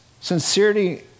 Sincerity